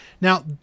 Now